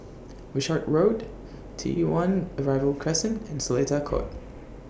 Wishart Road T one Arrival Crescent and Seletar Court